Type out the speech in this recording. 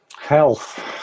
health